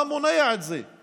מה מונע את זה?